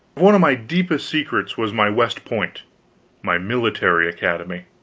one of my deepest secrets was my west point my military academy.